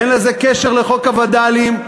אין לזה קשר לחוק הווד"לים.